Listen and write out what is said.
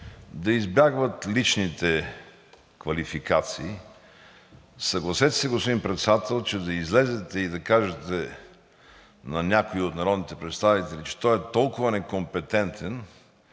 да избягват личните квалификации. Съгласете се, господин Председател, че да излезете и да кажете на някой от народните представители, че той е толкова некомпетентен,